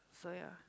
so ya